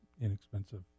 inexpensive